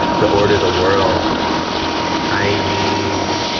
to order the world i need,